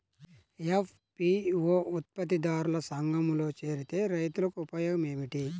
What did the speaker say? FPO ఉత్పత్తి దారుల సంఘములో చేరితే రైతులకు ఉపయోగము ఏమిటి?